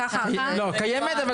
לא, קיימת.